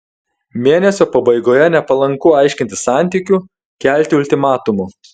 mėnesio pabaigoje nepalanku aiškintis santykių kelti ultimatumų